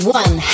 one